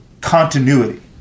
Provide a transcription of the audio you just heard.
continuity